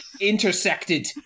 intersected